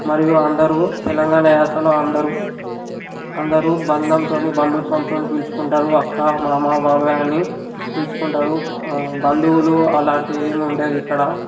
మరియు అందరు తెలంగాణ యాసలో అందరు అందరూ బందంతో బంధుత్వంతో పిలుచుకుంటారు అక్క మామా బాబయ్య అని పిలుచుకుంటారు బంధువులు అలాంటివి ఏమి ఉండవవు ఇక్కడ